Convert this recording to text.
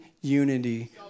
unity